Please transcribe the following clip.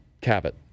Cabot